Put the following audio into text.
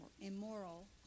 immoral